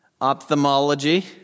Ophthalmology